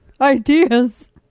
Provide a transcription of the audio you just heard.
ideas